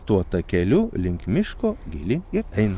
tuo takeliu link miško gilyn ir eina